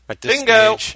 Bingo